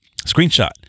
screenshot